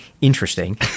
interesting